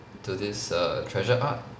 to this err treasure art